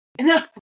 No